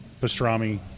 Pastrami